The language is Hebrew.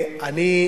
אני,